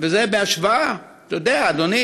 וזה בהשוואה, אתה יודע אדוני,